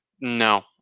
no